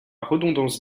redondance